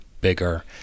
bigger